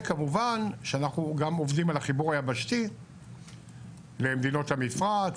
כמובן שאנחנו גם עובדים על החיבור היבשתי למדינות המפרץ,